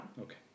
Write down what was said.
Okay